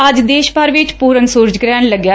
ਅੱਜ ਦੇਸ਼ ਭਰ ਵਿੱਚ ਪੁਰਨ ਸੁਰਜ ਗੁਹਿਣ ਲੱਗਿਆ